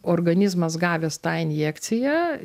organizmas gavęs tą injekciją